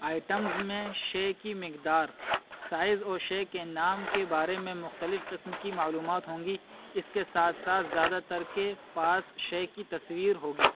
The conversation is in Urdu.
آئٹمز میں شے کی مقدار سائز اور شے کے نام کے بارے میں مختلف قسم کی معلومات ہوں گی اس کے ساتھ ساتھ زیادہ تر کے پاس شے کی تصویر ہوگی